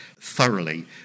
thoroughly